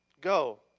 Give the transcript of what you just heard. go